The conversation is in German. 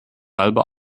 salbe